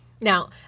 Now